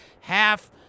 half